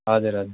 हजुर हजुर